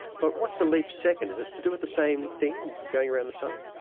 but what's a leap second, is it to do with the same thing going around the sun?